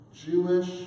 Jewish